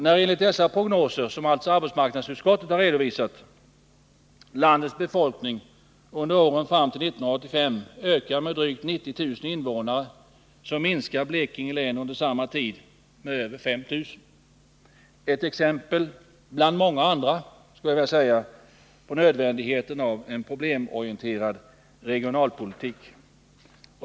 När enligt dessa prognoser landets befolkning under åren fram till 1985 ökar med drygt 90 000 invånare, minskar Blekinge under samma tid med över 5 000 — ett exempel bland många andra, skulle jag vilja säga, på nödvändigheten av en problemorienterad regionalpolitik.